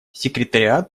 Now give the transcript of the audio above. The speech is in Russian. секретариат